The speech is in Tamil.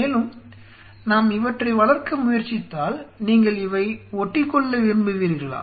மேலும் நாம் இவற்றை வளர்க்க முயற்சித்தால் நீங்கள் இவை ஒட்டிக்கொள்ள விரும்புவீர்களா